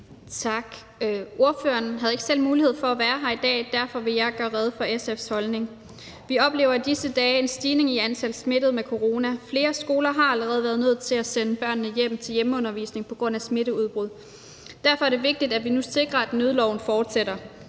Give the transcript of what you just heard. Vores ordfører havde ikke selv mulighed for at være her i dag, så derfor vil jeg gøre rede for SF's holdning. Vi oplever i disse dage en stigning i antallet af smittede med corona. Flere skoler har allerede været nødt til at sende børnene hjem til hjemmeundervisning på grund af smitteudbrud. Derfor er det vigtigt, at vi nu sikrer, at nødloven fortsætter.